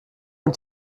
und